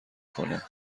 کنه